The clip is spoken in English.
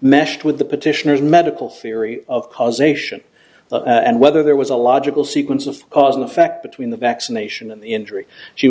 meshed with the petitioner's medical theory of causation and whether there was a logical sequence of cause and effect between the vaccination and the injury she